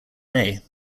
may